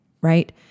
right